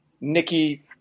Nikki